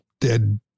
dead